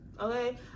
Okay